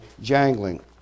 jangling